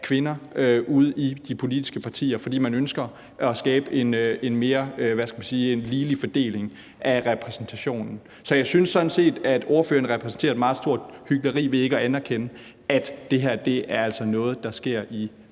kvinder ude i de politiske partier, fordi man ønsker at skabe en mere, hvad skal man sige, ligelig fordeling i repræsentationen. Så jeg synes sådan set, at ordføreren repræsenterer et meget stort hykleri ved ikke at anerkende, at det her altså er noget, der sker i